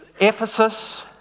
Ephesus